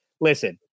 listen